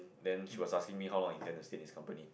then she was asking how long I intend to stay in this company